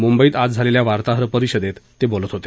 मुंबईत आज झालेल्या वार्ताहर परिषदेत ते बोलत होते